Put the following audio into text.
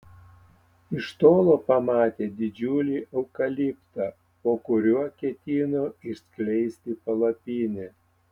iš tolo pamatė didžiulį eukaliptą po kuriuo ketino išskleisti palapinę